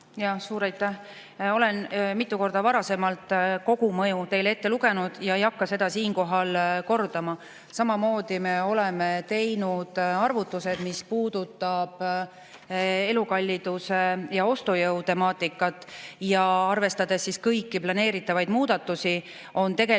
… Suur aitäh! Olen mitu korda varasemalt kogumõju teile ette lugenud ja ei hakka seda siinkohal kordama. Samamoodi me oleme teinud arvutused, mis puudutavad elukalliduse ja ostujõu temaatikat. Ja arvestades kõiki planeeritavaid muudatusi, on tegelikult